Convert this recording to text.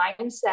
mindset